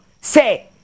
say